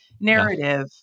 narrative